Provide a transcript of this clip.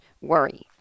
worry